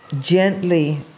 gently